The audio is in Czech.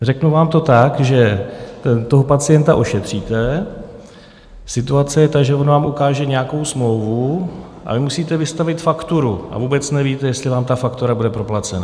Řeknu vám to: tak, že toho pacienta ošetříte, situace je taková, že on vám ukáže nějakou smlouvu, ale musíte vystavit fakturu a vůbec nevíte, jestli vám ta faktura bude proplacena.